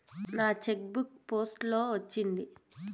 నా cheque book post లో వచ్చింది